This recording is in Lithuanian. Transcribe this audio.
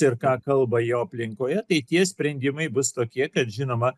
ir ką kalba jo aplinkoje tai tie sprendimai bus tokie kad žinoma